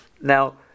Now